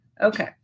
Okay